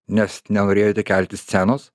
nes nenorėjote kelti scenos